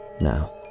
now